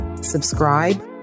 subscribe